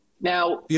Now